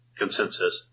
consensus